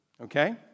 Okay